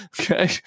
okay